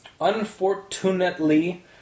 unfortunately